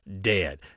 dead